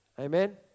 Amen